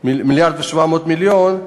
מיליארד ו-700 מיליון,